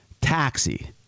Taxi